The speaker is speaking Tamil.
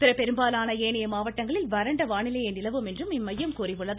பிற பெரும்பாலான ஏனைய மாவட்டங்களில் வறண்ட வானிலையே நிலவும் என்றும் இம்மையம் கூறியுள்ளது